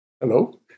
Hello